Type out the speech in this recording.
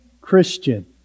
Christian